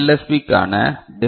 B இக்கான difference